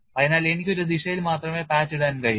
അതിനാൽ എനിക്ക് ഒരു ദിശയിൽ മാത്രമേ പാച്ച് ഇടാൻ കഴിയൂ